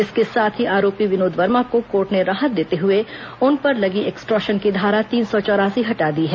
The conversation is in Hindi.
इसके साथ ही आरोपी विनोद वर्मा को कोर्ट ने राहत देते हुए उन पर लगी एक्सट्रॉशन की धारा तीन सौ चौरासी हटा दी है